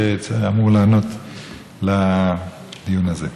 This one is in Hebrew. שאמור לענות בדיון הזה.